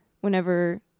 whenever